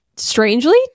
strangely